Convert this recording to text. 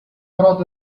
ороод